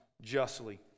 justly